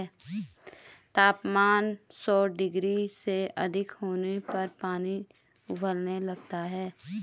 तापमान सौ डिग्री से अधिक होने पर पानी उबलने लगता है